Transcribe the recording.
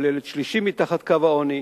כל ילד שלישי מתחת קו העוני.